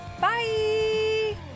bye